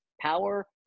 power